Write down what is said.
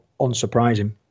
unsurprising